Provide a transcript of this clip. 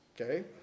Okay